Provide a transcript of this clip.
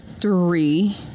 Three